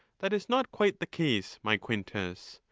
that is not quite the case, my quintus.